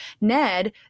Ned